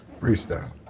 Freestyle